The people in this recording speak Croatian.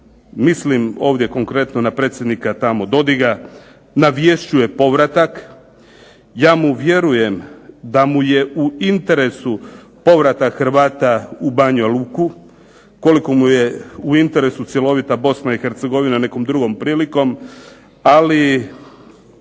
mislim ovdje konkretno na predsjednika tamo Dodiga, navješćuje povratak. Ja mu vjerujem da mu je u interesu povratak Hrvata u Banja Luku, koliko mu je u interesu cjelovita BiH nekom drugom prilikom, ali